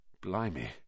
Blimey